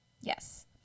yes